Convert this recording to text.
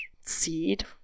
seed